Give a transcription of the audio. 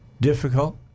Difficult